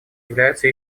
являются